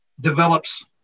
develops